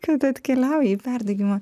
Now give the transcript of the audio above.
kad atkeliauji į perdegimą